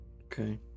Okay